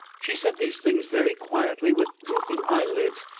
she said these things very quietly with drooping eyelids,